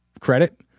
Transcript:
credit